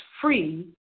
free